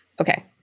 Okay